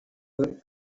worked